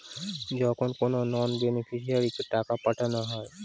যখন কোনো নন বেনিফিশিয়ারিকে টাকা পাঠানো হয়